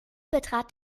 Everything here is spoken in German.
betrat